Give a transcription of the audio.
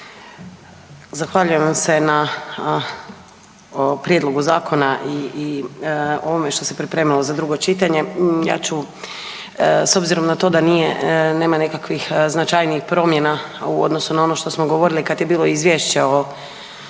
zahvaljujem vam se na prijedlogu zakona i ovome što se pripremalo za drugo čitanje. Ja ću s obzirom na to da nije, nema nekakvih značajnijih promjena u odnosu na ono što smo govorili kad je bilo izvješće o